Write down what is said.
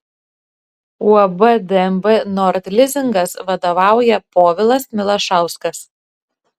uab dnb nord lizingas vadovauja povilas milašauskas